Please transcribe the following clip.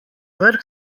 vrh